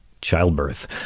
childbirth